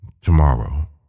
tomorrow